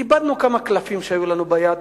איבדנו כמה קלפים שהיו לנו ביד.